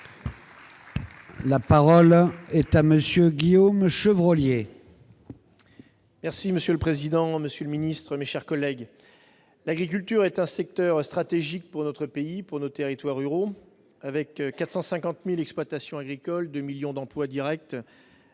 La parole est à M. Guillaume Chevrollier, sur l'article. Monsieur le président, monsieur le ministre, mes chers collègues, l'agriculture est un secteur stratégique pour notre pays et pour nos territoires ruraux. Avec 450 000 exploitations agricoles et 2 millions d'emplois directs,